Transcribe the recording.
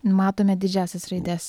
matome didžiąsias raides